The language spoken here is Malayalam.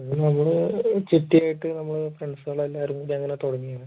പിന്നെ നമ്മൾ ചുറ്റിയിട്ട് നമ്മൾ ഫ്രണ്ട്സുകൾ എല്ലാവരും കൂടി അങ്ങനെ തുടങ്ങീന്